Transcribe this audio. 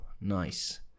Nice